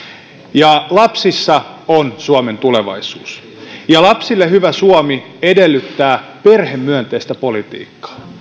lapsissa on suomen tulevaisuus ja lapsille hyvä suomi edellyttää perhemyönteistä politiikkaa